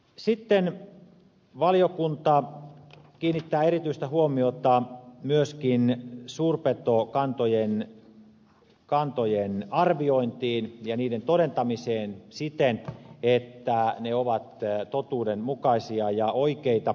sitten valiokunta kiinnittää erityistä huomiota myöskin suurpetokantojen arviointiin ja niiden todentamiseen siten että ne ovat totuudenmukaisia ja oikeita